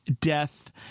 death